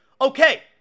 okay